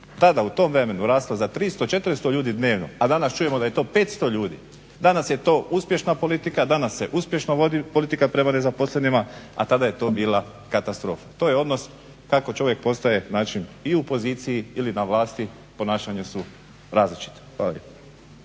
tada u tom vremenu rasla za 300,400 ljudi dnevno, a danas čujemo da je to 500 ljudi. Danas je to uspješna politika, danas se uspješno vodi politika prema nezaposlenima, a tada je to bila katastrofa. To je odnos kako čovjek postaje način i u opoziciji ili na vlasti ponašanja su različita.